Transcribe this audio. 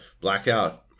Blackout